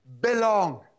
belong